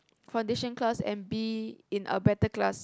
foundation class and be in a better class